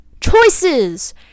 Choices